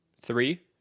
three